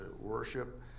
worship